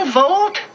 vote